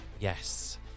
Yes